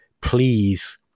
please